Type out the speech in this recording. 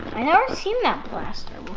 i never seen that blaster